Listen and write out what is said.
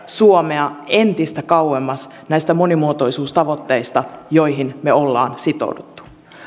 suomea entistä kauemmas näistä monimuotoisuustavoitteista joihin me olemme sitoutuneet